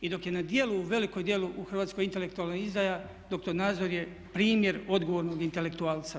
I dok je na djelu, velikom djelu u Hrvatskoj intelektualna izdaja doktor Nazor je primjer odgovornog intelektualca.